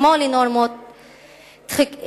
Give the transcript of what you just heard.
כמו גם לנורמות תחיקתיות.